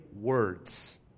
words